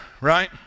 right